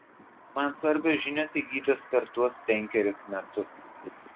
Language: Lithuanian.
man svarbios žinios įgytos per tuos penkerius metus